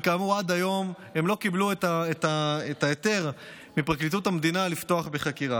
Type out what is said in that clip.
וכאמור עד היום לא קיבלו את ההיתר מפרקליטות המדינה לפתוח בחקירה,